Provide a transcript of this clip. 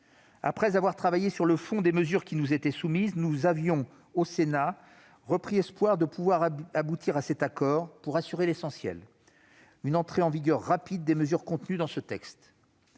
Après avoir travaillé sur le fond des mesures qui nous étaient soumises, nous avions, au Sénat, retrouvé l'espoir d'aboutir à cet accord pour assurer l'essentiel : une entrée en vigueur rapide des mesures contenues dans ce texte.